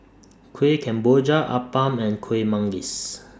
Kuih Kemboja Appam and Kueh Manggis